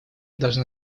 должна